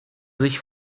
sich